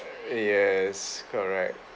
yes correct